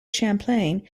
champlain